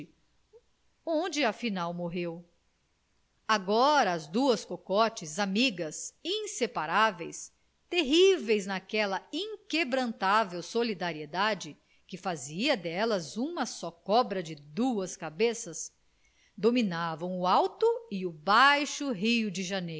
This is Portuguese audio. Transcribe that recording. onde afinal morreu agora as duas cocotes amigas inseparáveis terríveis naquela inquebrantável solidariedade que fazia delas uma só cobra de duas cabeças dominavam o alto e o baixo rio de